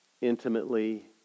intimately